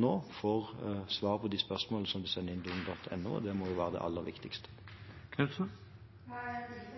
nå får svar på de spørsmålene de sender inn til ung.no, og det må jo være det aller viktigste. Jeg er